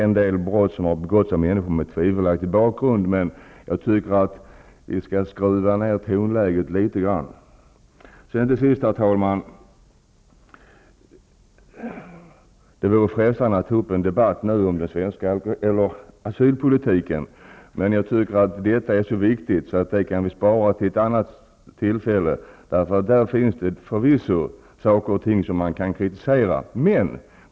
En del brott har begåtts av människor med tvivelaktig bakgrund. Jag tycker dock att vi skall skruva ned tonläget litet grand. Herr talman! Det vore frestande att här ta upp en debatt om asylpolitiken. Men jag tycker att detta är så viktigt att vi kan spara det till ett annat tillfälle. Det finns förvisso saker som man kan kritisera.